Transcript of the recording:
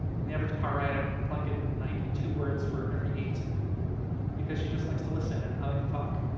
on the average car ride, i probably get ninety two words for every eight because she just likes to listen and i like to talk.